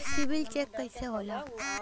CIBIL check कइसे होला?